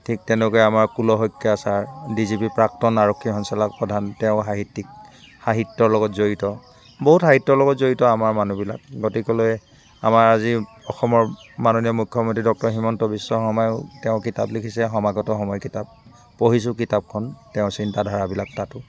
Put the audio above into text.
ঠিক তেনেকৈ আমাৰ Kul Saikia sir D G P প্ৰাক্তন আৰক্ষী সঞ্চালক প্ৰধান তেওঁ সাহিত্যিক সাহিত্য লগত জড়িত বহুত সাহিত্যৰ লগত জড়িত আমাৰ মানুহবিলাক গতিকেলৈ আমাৰ আজি অসমৰ মাননীয় মুখ্যমন্ত্ৰী ডক্টৰ হিমন্ত বিশ্ব শৰ্মাও তেওঁ কিতাপ লিখিছে সমাগত সময় কিতাপ পঢ়িছো কিতাপখন তেওঁৰ চিন্তা ধাৰাবিলাক তাতো